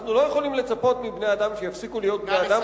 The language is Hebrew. אנחנו לא יכולים לצפות מבני-אדם שיפסיקו להיות בני-אדם